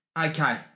Okay